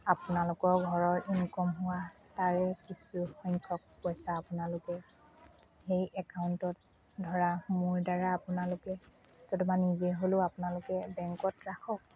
আপোনালোকৰ ঘৰৰ ইনকম হোৱা তাৰে কিছুসংখ্যক পইচা আপোনালোকে সেই একাউণ্টত ধৰা মোৰ দ্বাৰা আপোনালোকে নতুবা নিজে হ'লেও আপোনালোকে বেংকত ৰাখওক